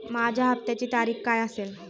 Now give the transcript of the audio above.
माझ्या हप्त्याची तारीख काय असेल?